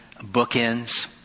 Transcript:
bookends